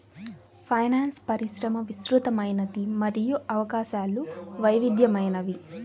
finance పరిశ్రమ విస్తృతమైనది మరియు అవకాశాలు వైవిధ్యమైనవి